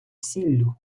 сіллю